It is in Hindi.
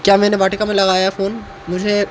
क्या मैंने वाटिका में लगाया फ़ोन मुझे